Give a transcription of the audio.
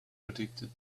predicted